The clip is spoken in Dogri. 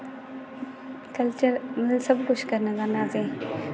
कल्चर मतलब सब कुछ करना चाहिदा असेंगी